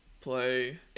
play